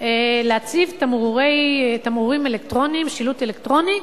להציב תמרורים אלקטרוניים, שילוט אלקטרוני.